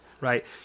right